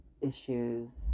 issues